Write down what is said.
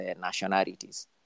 nationalities